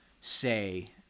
say